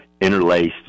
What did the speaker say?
interlaced